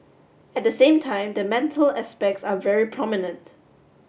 at the same time the mental aspects are very prominent